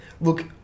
Look